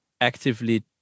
actively